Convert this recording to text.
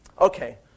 Okay